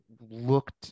looked